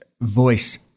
voice